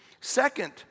Second